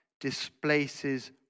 displaces